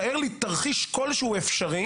תאר לי תרחיש כלשהו אפשרי